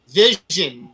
vision